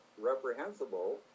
reprehensible